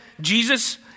Jesus